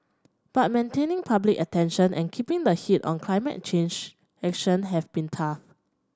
but maintaining public attention and keeping the heat on climate change action have been tough